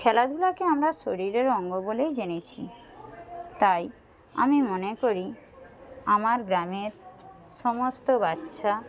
খেলাধুলাকে আমরা শরীরের অঙ্গ বলেই জেনেছি তাই আমি মনে করি আমার গ্রামের সমস্ত বাচ্চা